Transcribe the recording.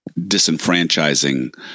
disenfranchising